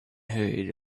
hurried